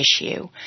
issue